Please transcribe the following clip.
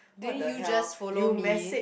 didn't you just follow me